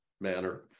manner